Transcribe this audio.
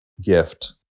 gift